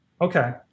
Okay